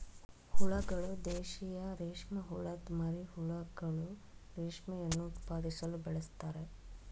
ಹುಳಗಳು ದೇಶೀಯ ರೇಷ್ಮೆಹುಳದ್ ಮರಿಹುಳುಗಳು ರೇಷ್ಮೆಯನ್ನು ಉತ್ಪಾದಿಸಲು ಬೆಳೆಸ್ತಾರೆ